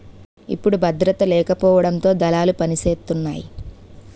ఇప్పుడు భద్రత లేకపోవడంతో దళాలు పనిసేతున్నాయి